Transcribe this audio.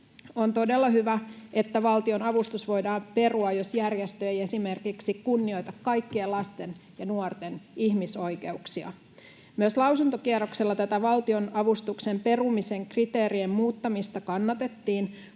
On todella hyvä, että valtionavustus voidaan perua, jos järjestö ei esimerkiksi kunnioita kaikkien lasten ja nuorten ihmisoikeuksia. Myös lausuntokierroksella tätä valtionavustuksen perumisen kriteerien muuttamista kannatettiin